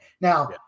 Now